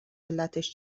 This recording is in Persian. علتش